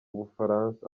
bufaransa